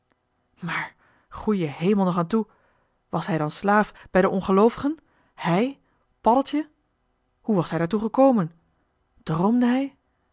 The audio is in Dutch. maar goeie hemel nog toe was hij dan slaaf bij de ongeloovigen hij paddeltje hoe was hij daartoe gekomen droomde hij